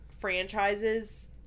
franchises